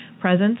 presence